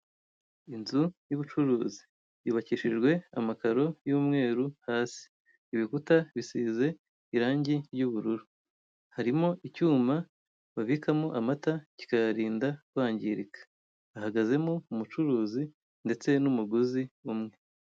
Inzu y'ubucuruzi yubakishijwe amakaro y'umweru hasi, ibikuta bisize irangi ry'ubururu, harimo icyuma babikamo amata kikayarinda kwangirika, hahagazemo umucuruzi ndetse n'umuguzi umwe.